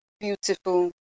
beautiful